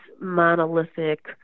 monolithic